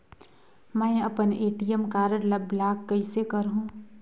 मै अपन ATM card ल ब्लाक कइसे करहूं?